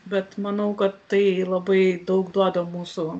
bet manau kad tai labai daug duoda mūsų